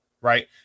right